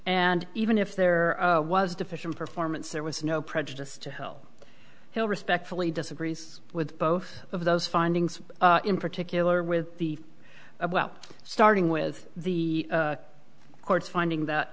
and even if there was deficient performance there was no prejudice to help heal respectfully disagrees with both of those findings in particular with the well starting with the court's finding that